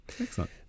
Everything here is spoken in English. Excellent